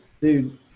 dude